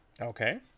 Okay